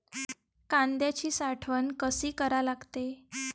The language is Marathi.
कांद्याची साठवन कसी करा लागते?